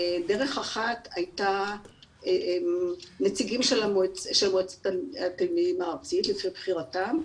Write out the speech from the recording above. דרך אחת הייתה נציגים של מועצת התלמידים הארצית לפי בחירתם,